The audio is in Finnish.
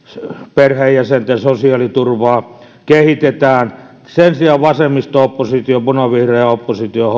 perheenjäsenten sosiaaliturvaa kehitetään sen sijaan vasemmisto oppositio punavihreäoppositio